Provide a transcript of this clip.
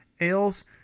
ales